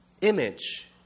image